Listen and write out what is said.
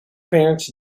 parents